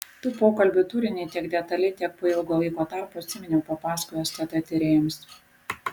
tų pokalbių turinį tiek detaliai kiek po ilgo laiko tarpo atsiminiau papasakojau stt tyrėjams